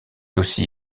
aussi